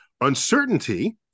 Uncertainty